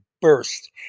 burst